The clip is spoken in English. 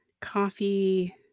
Coffee